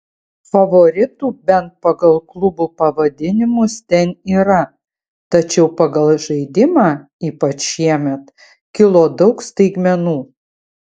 favoritų bent pagal klubų pavadinimus ten yra tačiau pagal žaidimą ypač šiemet kilo daug staigmenų